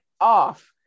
off